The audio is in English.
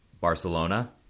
Barcelona